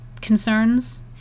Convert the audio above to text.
concerns